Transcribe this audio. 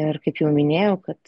ir kaip jau minėjau kad